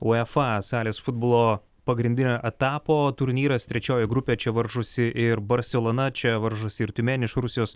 uefa salės futbolo pagrindinio etapo turnyras trečioji grupė čia varžosi ir barselona čia varžosi ir tiumen iš rusijos